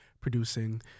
producing